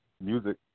music